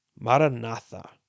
Maranatha